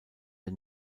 der